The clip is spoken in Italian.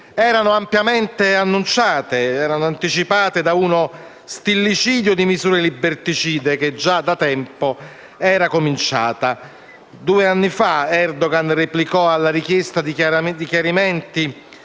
erano ampiamente annunciate e anticipate da uno stillicidio di misure liberticide che già da tempo era cominciato. Due anni fa Erdogan replicò alla richiesta di chiarimenti